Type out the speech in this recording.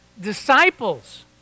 disciples